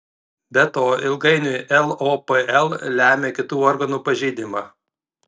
be to ilgainiui lopl lemia kitų organų pažeidimą